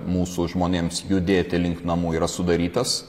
mūsų žmonėms judėti link namų yra sudarytas